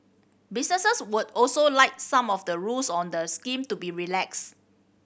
businesses would also like some of the rules on the scheme to be relaxed